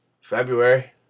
February